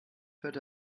hört